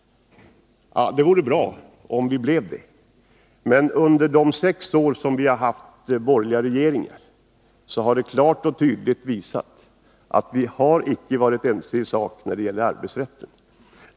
Det vore bra om vi blev det, men under de sex åren vi haft borgerliga regeringar har det klart och tydligt visats att vi icke varit ense i sak när det gäller arbetsrätten.